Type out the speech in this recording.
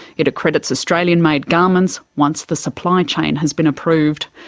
it accredits australian made garments once the supply chain has been approved.